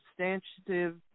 substantive